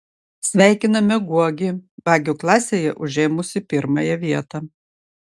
sveikiname guogį bagių klasėje užėmusį pirmąją vietą